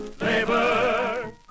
labor